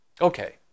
Okay